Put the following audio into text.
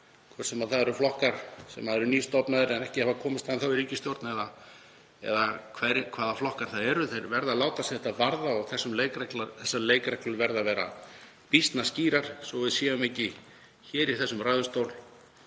hvort sem það eru flokkar sem eru nýstofnaðir eða ekki, hafa enn ekki komist í ríkisstjórn eða hvaða flokkar það eru, verði að láta sig þetta varða og þessar leikreglur verða að vera býsna skýrar svo við séum ekki hér í þessum ræðustól